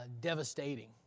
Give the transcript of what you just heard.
devastating